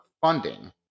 funding